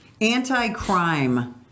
Anti-crime